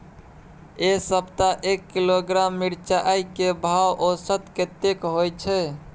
ऐ सप्ताह एक किलोग्राम मिर्चाय के भाव औसत कतेक होय छै?